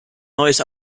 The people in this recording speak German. neues